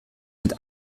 mit